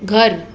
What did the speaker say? घरु